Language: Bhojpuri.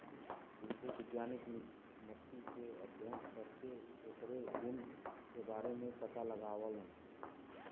कृषि वैज्ञानिक मट्टी के अध्ययन करके ओकरे गुण के बारे में पता लगावलन